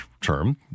term